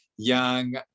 young